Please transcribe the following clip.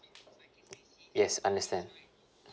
yes understand